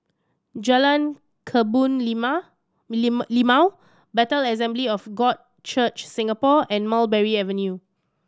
Jalan Kebun Limau Lim Limau Bethel Assembly of God Church Singapore and Mulberry Avenue